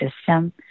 system